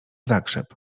zakrzep